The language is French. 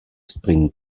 sprint